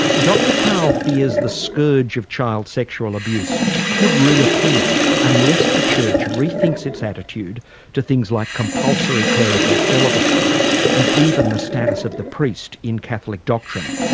dr cahill fears the scourge of child sexual abuse could reappear unless the church rethinks its attitude to things like compulsory clerical celibacy and even the status of the priest in catholic doctrine.